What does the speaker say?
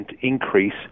increase